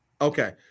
Okay